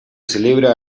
celebra